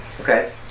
Okay